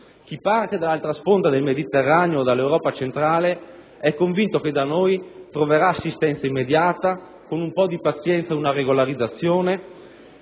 chi parte dall'altra sponda del Mediterraneo o dall'Europa centrale è convinto che da noi troverà assistenza immeditata, con un po' di pazienza una regolarizzazione,